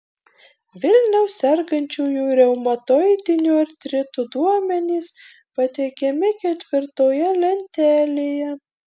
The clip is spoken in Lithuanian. vilniaus sergančiųjų reumatoidiniu artritu duomenys pateikiami ketvirtoje lentelėje